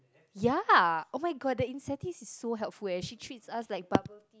ya oh-my-god the incentives is so helpful eh she treats us like bubble tea